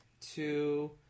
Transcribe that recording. two